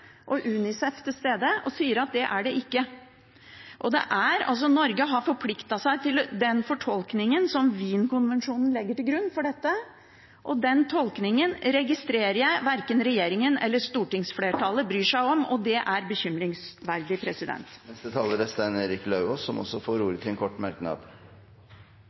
og UNICEF til stede og sier at det er det ikke. Norge har forpliktet seg til den fortolkningen som Wien-konvensjonen legger til grunn for dette. Den tolkningen registrerer jeg at verken regjeringen eller stortingsflertallet bryr seg om, og det er bekymringsverdig. Representanten Stein Erik Lauvås har hatt ordet to ganger tidligere og får ordet til en kort merknad,